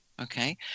okay